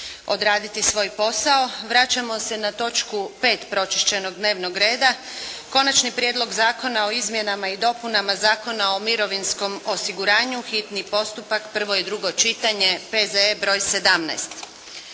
odraditi svoj posao, vraćamo se na točku 5. pročišćenog dnevnog reda. - Konačni prijedlog Zakona o izmjenama i dopunama Zakona o mirovinskom osiguranju, hitni postupak, prvo i drugo čitanje P.Z.E., br. 17;